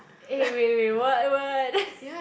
eh wait wait what what